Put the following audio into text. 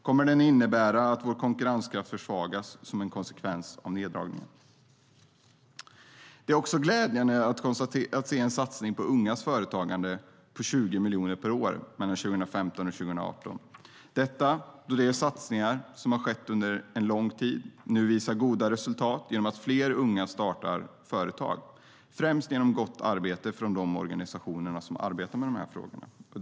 Kommer en konsekvens av neddragningen att vara att vår konkurrenskraft försvagas? Det är också glädjande att se en satsning på ungas företagande på 20 miljoner per år 2015-2018 - detta då de satsningar som har skett under lång tid nu visar goda resultat genom att fler unga startar företag, främst genom gott arbete från de organisationer som arbetar med de här frågorna.